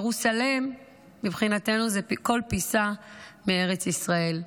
ירוסלם מבחינתנו זה כל פיסה מארץ ישראל,